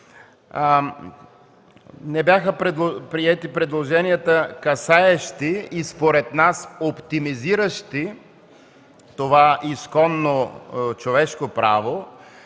Не бяха приети предложенията, касаещи и според нас оптимизиращи това изконно човешко право,